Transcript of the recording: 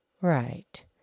Right